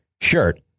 shirt